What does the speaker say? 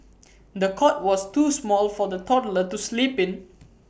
the cot was too small for the toddler to sleep in